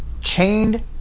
chained